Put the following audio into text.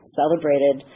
celebrated